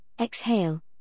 Exhale